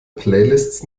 playlists